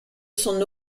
son